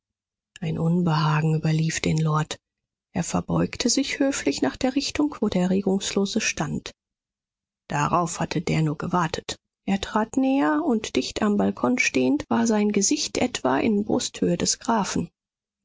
ein unbehagen überlief den lord er verbeugte sich höflich nach der richtung wo der regungslose stand darauf hatte der nur gewartet er trat näher und dicht am balkon stehend war sein gesicht etwa in brusthöhe des grafen